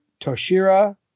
Toshira